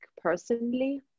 personally